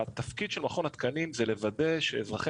התפקיד של מכון התקנים זה לוודא שאזרחי